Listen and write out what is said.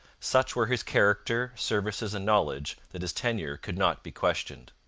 such were his character, services, and knowledge that his tenure could not be questioned.